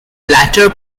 latter